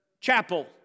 Chapel